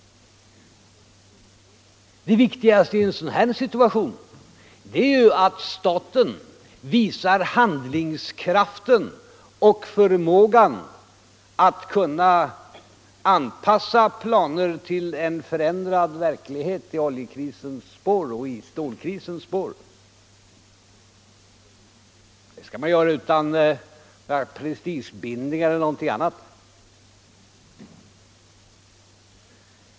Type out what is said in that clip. Det viktigaste i en sådan här situation är ju att staten visar handlingskraft och förmåga att anpassa planer till en förändrad verklighet i oljekrisens och stålkrisens spår. Det skall man göra utan några prestigebildningar eller annat.